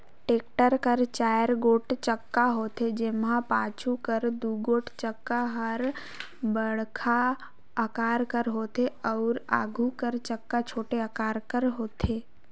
tractor कर चाएर गोट चक्का होथे, जेम्हा पाछू कर दुगोट चक्का हर बड़खा अकार कर होथे अउ आघु कर चक्का छोटे अकार कर होथे